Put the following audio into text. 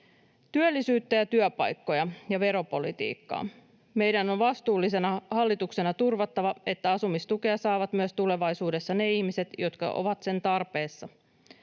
työllisyyttä ja työpaikkoja ja veropolitiikkaa. Meidän on vastuullisena hallituksena turvattava, että asumistukea saavat myös tulevaisuudessa ne ihmiset, jotka ovat sen tarpeessa.